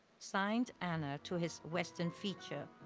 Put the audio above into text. signed anna to his western feature,